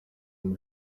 muri